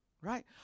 right